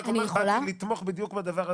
אני רק אומר שבאתי לתמוך בדיוק בדבר הזה,